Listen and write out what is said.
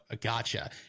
gotcha